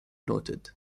noted